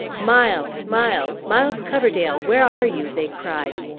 miles! miles! miles coverdale, where are you? they cried.